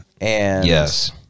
Yes